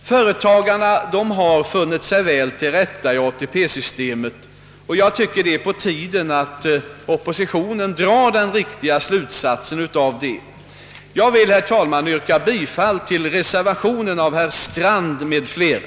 Företagarna har funnit sig väl till rätta i ATP-systemet, och jag tycker att det är på tiden att oppositionen drar den rätta slutsatsen därav. Jag ber, herr talman, att få yrka bifall till reservationen av herr Strand m.fl.